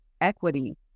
equity